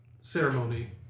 ceremony